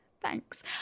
Thanks